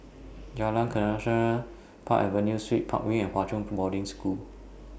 Jalan Park Avenue Suites Park Wing and Hwa Chong Boarding School